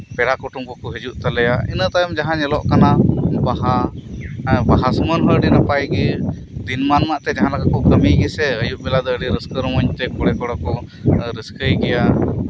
ᱯᱮᱲᱟ ᱠᱩᱴᱩᱢ ᱠᱚᱠᱚ ᱦᱤᱡᱩᱜ ᱛᱟᱞᱮᱭᱟ ᱤᱱᱟᱹᱛᱟᱭᱚᱢ ᱡᱟᱦᱟᱸ ᱧᱮᱞᱚᱜ ᱠᱟᱱᱟ ᱵᱟᱦᱟ ᱵᱟᱦᱟ ᱥᱩᱢᱟᱹᱭ ᱦᱚᱸ ᱟᱹᱰᱤ ᱱᱟᱯᱟᱭ ᱜᱮ ᱫᱤᱱ ᱢᱟᱱ ᱢᱟ ᱛᱮ ᱡᱟᱦᱟᱸᱞᱮᱠᱟ ᱜᱮᱠᱚ ᱠᱟᱹᱢᱤᱭ ᱜᱮᱥᱮ ᱟᱭᱩᱵ ᱵᱮᱲᱟ ᱫᱚ ᱟᱹᱰᱤ ᱨᱟᱹᱥᱠᱟᱹ ᱨᱚᱢᱚᱡ ᱛᱮ ᱠᱩᱲᱤ ᱠᱚᱲᱟᱠᱚ ᱨᱟᱹᱥᱠᱟᱹᱭ ᱜᱮᱭᱟ